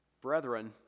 Brethren